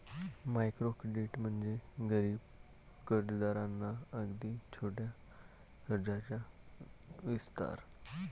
micro credit म्हणजे गरीब कर्जदारांना अगदी छोट्या कर्जाचा विस्तार